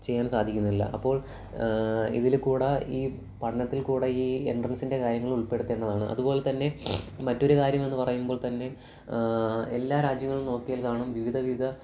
ചെയ്യാൻ സാധിക്കുന്നില്ല അപ്പോൾ ഇതിൽക്കൂടെ ഈ പഠനത്തിൽ കൂടെ ഈ എൻട്രൻസിൻ്റെ കാര്യങ്ങൾ ഉൾപ്പെടുത്തേണ്ടതാണ് അതുപോലെതന്നെ മറ്റൊരു കാര്യം എന്ന് പറയുമ്പോൾ തന്നെ എല്ലാ രാജ്യങ്ങളിലും നോക്കിയാൽ കാണും വിവിധ വിവിധ